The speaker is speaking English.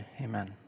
Amen